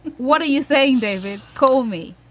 what are you saying, david? call me.